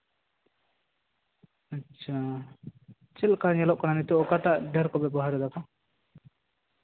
ᱪᱮᱫ ᱠᱟ ᱧᱮᱞᱚᱜ ᱠᱟᱱᱟ ᱱᱤᱛᱚᱜ ᱚᱠᱟᱴᱟᱜ ᱰᱷᱮᱨ ᱠᱚ ᱵᱮᱵᱚᱦᱟᱨ ᱫᱟᱠᱚ